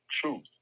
truth